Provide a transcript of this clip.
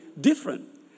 different